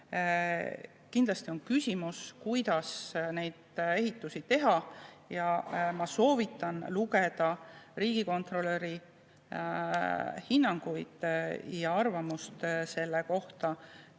Kindlasti on küsimus, kuidas neid ehitusi teha. Ma soovitan lugeda riigikontrolöri hinnanguid ja arvamust selle kohta,